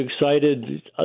excited